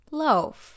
loaf